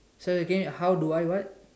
say again how do I what